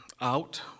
out